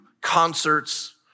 concerts